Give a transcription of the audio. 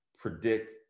predict